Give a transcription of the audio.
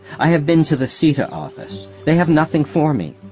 i have been to the ceta office. they have nothing for me.